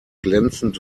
glänzend